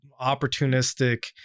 opportunistic